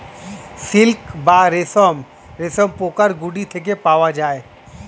silk বা রেশম রেশমপোকার গুটি থেকে পাওয়া যায়